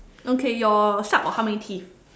okay your shark got how many teeth